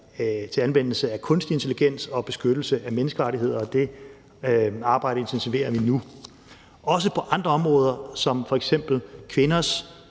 til anvendelse af kunstig intelligens og beskyttelse af menneskerettigheder, og det arbejde intensiverer vi nu. Også på andre områder som f.eks. kvinders,